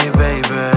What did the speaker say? baby